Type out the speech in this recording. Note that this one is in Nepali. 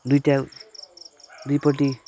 दुईवटा दुईपट्टि